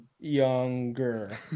younger